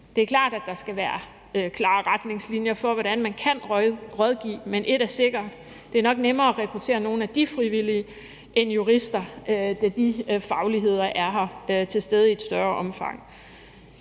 Det er klart, at der skal være nogle klare retningslinjer for, hvordan man kan rådgive, men ét er sikkert, altså at det nok er nemmere at rekruttere nogle af de frivillige end jurister, da de fagligheder er til stede i et større omfang,